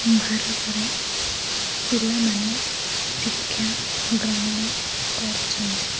ଭାରତରେ ପିଲାମାନେ ଶିକ୍ଷା ଗ୍ରହଣ କରୁଛନ୍ତି